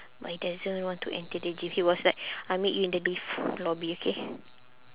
but he doesn't want to enter the gym he was like I meet you in the lift lobby okay